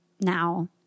now